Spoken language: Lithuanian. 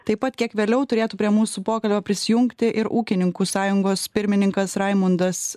taip pat kiek vėliau turėtų prie mūsų pokalbio prisijungti ir ūkininkų sąjungos pirmininkas raimundas